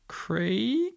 Craig